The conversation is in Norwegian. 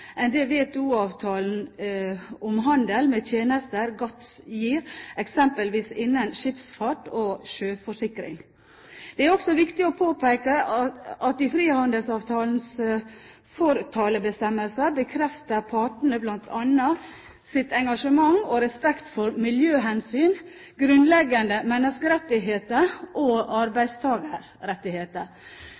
enn det WTO-avtalen om handel med tjenester, GATS, gir, eksempelvis innen skipsfart og sjøforsikring. Det er også viktig å påpeke at i frihandelsavtalens fortalebestemmelser bekrefter partene bl.a. sitt engasjement og respekt for miljøhensyn, grunnleggende menneskerettigheter og arbeidstakerrettigheter.